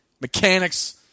mechanics